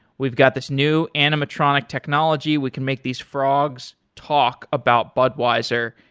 we've got this new animatronic technology. we can make these frogs talk about budweiser,